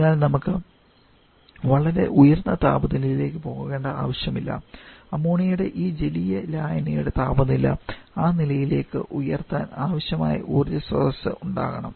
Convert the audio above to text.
അതിനാൽ നമുക്ക് വളരെ ഉയർന്ന താപനിലയിലേക്ക് പോകേണ്ട ആവശ്യമില്ല അമോണിയയുടെ ഈ ജലീയ ലായനിയുടെ താപനില ആ നിലയിലേക്ക് ഉയർത്താൻ ആവശ്യമായ ഊർജ്ജസ്രോതസ്സ് ഉണ്ടാവണം